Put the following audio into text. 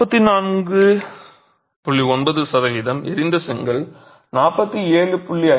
9 சதவீதம் எரிந்த செங்கல் 47